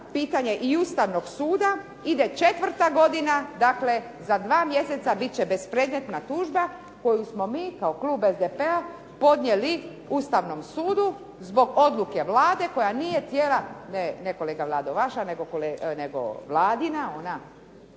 pitanje i Ustavnog suda. Ide četvrta godina, dakle za dva mjeseca bit će bespredmetna tužba koju smo mi kao klub SDP-a podnijeli Ustavnom sudu zbog odluke Vlade koja nije htjela, ne kolega Vlado vaša nego Vladina ona